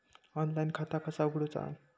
Online खाता कसा उगडूचा?